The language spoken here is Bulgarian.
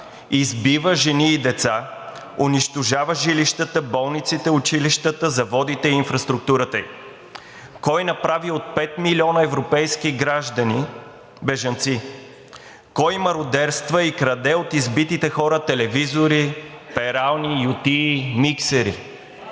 избива жени и деца, унищожава жилищата, болниците, училищата, заводите и инфраструктурата им? Кой направи от пет милиона европейски граждани – бежанци? Кой мародерства и краде от избитите хора телевизори, перални, ютии, миксери?